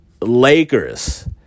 Lakers